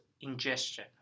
ingestion